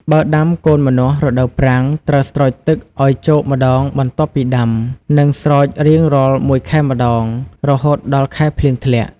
បើដាំកូនម្នាស់រដូវប្រាំង ត្រូវស្រោចទឹក ឲ្យជោគម្តងបន្ទាប់ពីដាំ និងស្រោចរៀងរាល់ ១ខែ ម្តងរហូតដល់ខែភ្លៀងធ្លាក់។